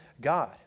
God